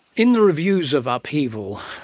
in the reviews of upheaval,